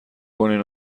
کنین